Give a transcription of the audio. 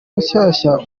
rushyashya